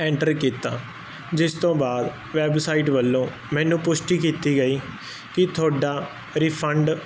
enter ਕੀਤਾ ਜਿਸ ਤੋਂ ਬਾਅਦ ਵੈਬਸਾਈਟ ਵੱਲੋਂ ਮੈਨੂੰ ਪੁਸ਼ਟੀ ਕੀਤੀ ਗਈ ਕਿ ਤੁਹਾਡਾ ਰਿਫੰਡ